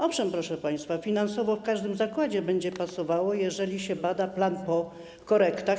Owszem, proszę państwa, finansowo w każdym zakładzie będzie pasowało, jeżeli się bada plan po korektach.